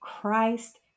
Christ